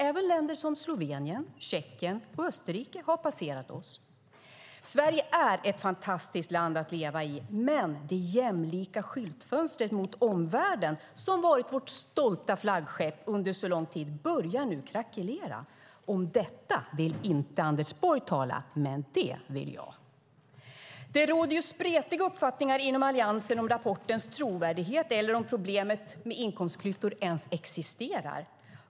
Även länder som Slovenien, Tjeckien och Österrike har passerat oss. Sverige är ett fantastiskt land att leva i. Men det jämlika skyltfönstret mot omvärlden, som har varit vårt stolta flaggskepp under så lång tid, börjar nu krackelera. Om detta vill inte Anders Borg tala - men det vill jag. Det råder spretiga uppfattningar inom Alliansen om rapportens trovärdighet och om problemet med inkomstklyftor ens existerar.